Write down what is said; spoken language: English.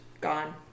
gone